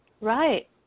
Right